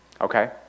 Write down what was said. okay